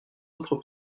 autre